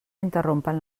interrompen